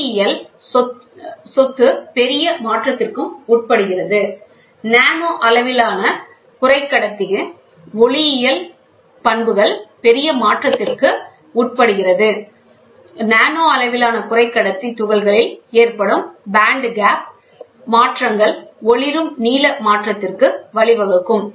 ஒளியியல் சொத்து பெரிய மாற்றத்திற்கும் உட்படுகிறது நானோ அளவிலான குறைக்கடத்தி துகள்களில் ஏற்படும் band gap மாற்றங்கள் ஒளிரும் நீல மாற்றத்திற்கு வழிவகுக்கும்